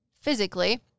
physically